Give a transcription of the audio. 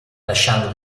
lasciando